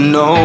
no